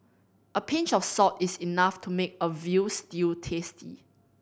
a pinch of salt is enough to make a veal stew tasty